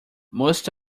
most